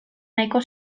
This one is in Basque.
nahiko